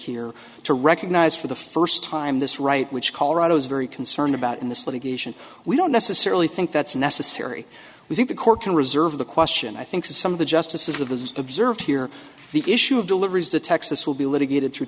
here to recognize for the first time this right which colorado is very concerned about in this litigation we don't necessarily think that's necessary we think the court can reserve the question i think some of the justices of the observed here the issue of deliveries to texas will be litigated through